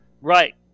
Right